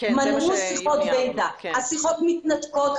מנעו שיחות ועידה והשיחות מתנתקות,